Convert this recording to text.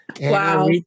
Wow